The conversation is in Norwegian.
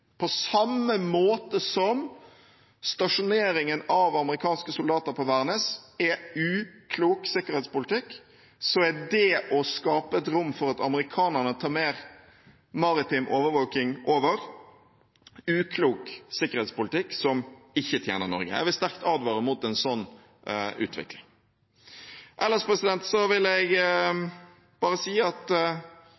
På samme måte som at stasjoneringen av amerikanske soldater på Værnes er uklok sikkerhetspolitikk, er det å skape et rom for at amerikanerne overtar mer maritim overvåkning, uklok sikkerhetspolitikk som ikke tjener Norge. Jeg vil sterkt advare mot en sånn utvikling. Ellers vil jeg